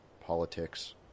politics